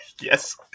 Yes